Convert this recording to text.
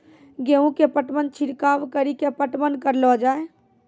गेहूँ के पटवन छिड़काव कड़ी के पटवन करलो जाय?